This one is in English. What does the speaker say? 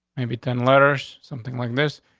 maybe ten letters, something like this.